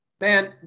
Man